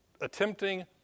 attempting